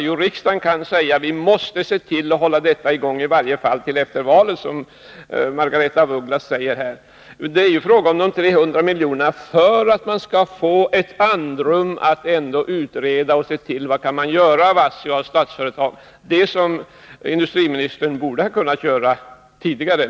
Jo, riksdagen kan säga: Vi måste se till att verksamheten hålls i gång, i varje fall till efter valet, som Margaretha af Ugglas säger. De 300 miljonerna är till för att man skall få ett andrum att ändå utreda och se vad man kan göra av ASSI och Statsföretag — det som industriministern borde ha kunnat göra tidigare.